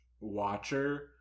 watcher